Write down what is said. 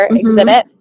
exhibit